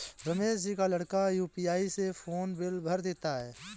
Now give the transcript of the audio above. रमेश जी का लड़का यू.पी.आई से फोन बिल भर देता है